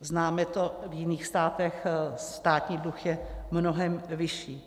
Známe to v jiných státech, státní dluh je mnohem vyšší.